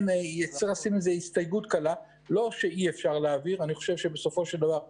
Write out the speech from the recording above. אני רוצה להבין האם הבעיה היא